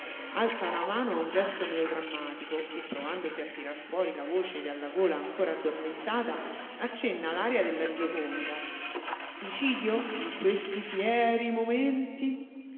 alza una mano a un gesto melodrammatico e provandosi a tirar fuori la voce dalla gola ancora addormentata accenna l'aria della gioconda suicidio in questi fieeeriii momenti